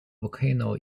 volcano